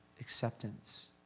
acceptance